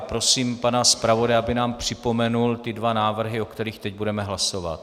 Prosím pana zpravodaje, aby nám připomněl ty dva návrhy, o kterých teď budeme hlasovat.